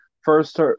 First